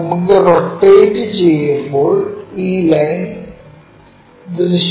നമ്മൾ റൊട്ടേട്ടു ചെയുമ്പോൾ ഈ ലൈൻ ദൃശ്യമാകും